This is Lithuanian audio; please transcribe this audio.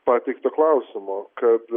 pateikto klausimo kad